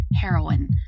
heroin